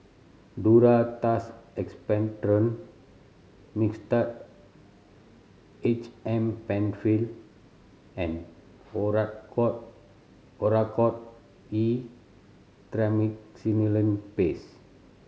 Duro Tuss Expectorant Mixtard H M Penfill and Oracort Oracort E Triamcinolone Paste